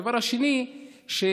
הדבר השני שאפשר,